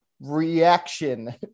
reaction